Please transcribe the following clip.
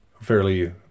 fairly